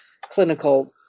clinical